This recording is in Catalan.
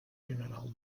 general